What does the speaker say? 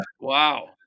Wow